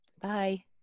Bye